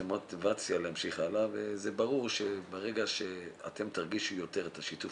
המוטיבציה להמשיך הלאה וזה ברור שברגע שאתם תרגישו יותר את שיתוף